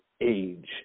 age